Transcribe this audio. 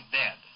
dead